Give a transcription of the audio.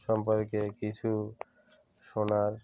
সম্পর্কে কিছু শোনার